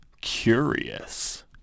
Curious